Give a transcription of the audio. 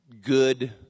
good